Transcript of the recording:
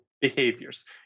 behaviors